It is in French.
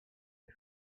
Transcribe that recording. des